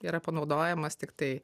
yra panaudojamas tiktai